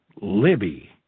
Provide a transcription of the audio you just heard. Libby